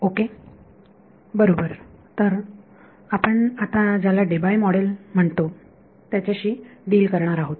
okay बरोबर तर आपण आता ज्याला डेबाय मॉडेल म्हणतात त्याच्याशी डिल करणार आहोत